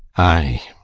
ay,